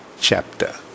chapter